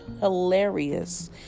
hilarious